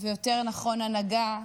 ויותר נכון הנהגה,